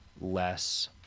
less